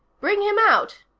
bring him out.